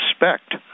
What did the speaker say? respect